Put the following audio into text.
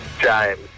James